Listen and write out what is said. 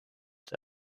sein